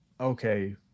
okay